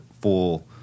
full